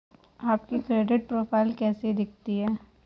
आपकी credit profile कैसी दिखती है?